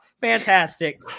fantastic